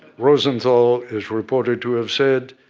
rosenthal is reported to have said,